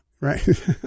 Right